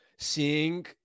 seeing